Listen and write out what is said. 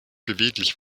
beweglich